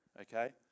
okay